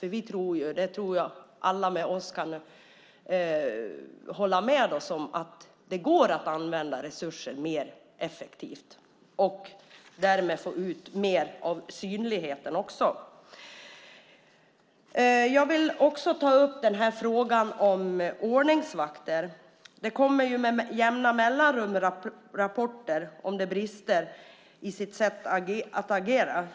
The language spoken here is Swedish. Jag tror att alla kan hålla med oss om att det går att använda resurser mer effektivt och därmed få ut mer synlighet också. Jag vill också ta upp frågan om ordningsvakter. Med jämna mellanrum kommer det rapporter om att de brister i sitt sätt att agera.